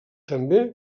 també